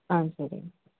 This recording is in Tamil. ஆ சரிங்க